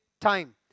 time